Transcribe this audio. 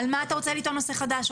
על מה אתה רוצה לטעון נושא חדש?